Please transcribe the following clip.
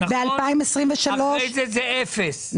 אחרי זה זה אפס.